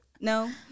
No